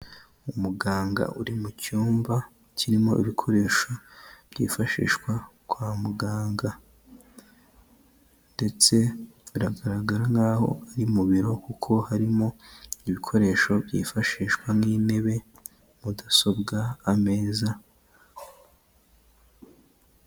Umuganga uri mu cyumba kirimo ibikoresho byifashishwa kwa muganga, ndetse biragaragara nk'aho ari mu biro, kuko harimo ibikoresho byifashishwa n'intebe mudasobwa ameza.